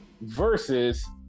versus